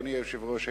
אדוני היושב-ראש,